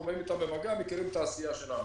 באים אתם במגע מכירים את העשייה שלנו.